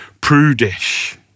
prudish